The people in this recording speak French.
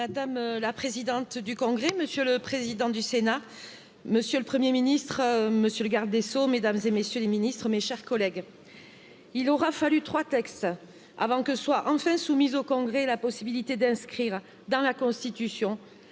Mᵐᵉ la Présidente du Congrès, M. le Président du Sénat, M. le 1ᵉʳ ministre, M. le Garde des Sceaux, Mᵐᵉˢ et MM. les ministres, mes chers collègues, il aura fallu trois textes avant que soit enfin soumise au Congrès la possibilité d'inscrire dans la Constitution